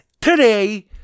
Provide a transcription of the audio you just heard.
Today